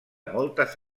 moltes